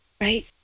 right